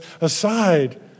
aside